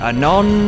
Anon